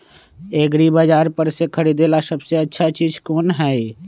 एग्रिबाजार पर से खरीदे ला सबसे अच्छा चीज कोन हई?